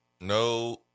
No